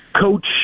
coach